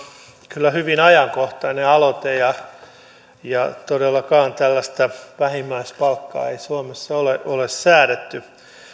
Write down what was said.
kyllä hyvin ajankohtainen aloite ja ja todellakaan tällaista vähimmäispalkkaa ei suomessa ole ole säädetty